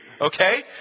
Okay